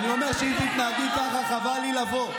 איתמר, אני אומר שאם תתנהגי ככה, חבל לי לבוא.